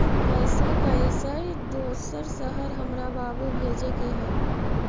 पैसा कैसै दोसर शहर हमरा बाबू भेजे के है?